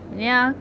ya